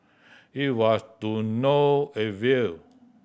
it was to no avail